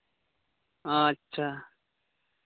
ᱟᱪᱪᱷᱟ